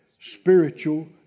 spiritual